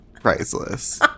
priceless